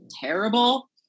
terrible